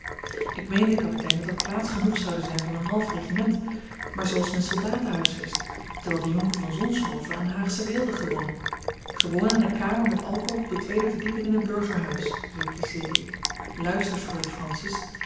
ik meende kapitein dat er plaats genoeg zoude zijn voor een half regiment maar zooals men soldaten huisvest terwijl de jonker van zonshoven aan haagsche weelde gewoon gewoon aan een kamer met alkoof op de tweede verdieping in een burgerhuis repliceerde ik luister freule francis